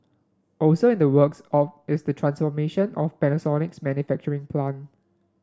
also in the works is the transformation of Panasonic's manufacturing plant